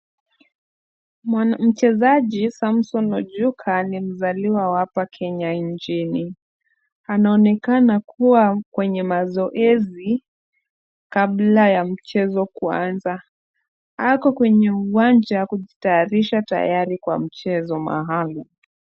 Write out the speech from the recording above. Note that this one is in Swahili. Mchezaji Samson Ojuka ni mzaliwa wa hapa Kenya nchini. Anaonekana kuwa kwenye mazoezi kabla ya mchezo kuanza. Ako kwenye uwanja kujitayarisha tayari kwa mchezo maalum.